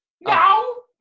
No